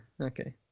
okay